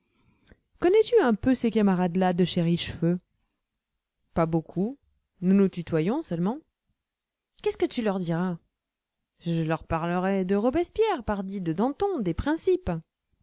connais-tu un peu ces camarades là de chez richefeu pas beaucoup nous nous tutoyons seulement qu'est-ce que tu leur diras je leur parlerai de robespierre pardi de danton des principes